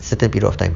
certain period of time